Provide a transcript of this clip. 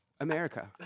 America